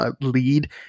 lead